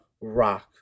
rock